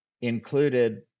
included